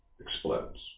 explodes